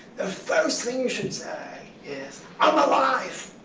the first thing you should say is, i'm alive!